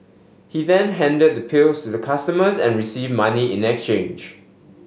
he then handed the pills the customers and receive money in exchange